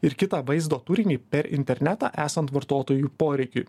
ir kitą vaizdo turinį per internetą esant vartotojų poreikiui